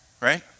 right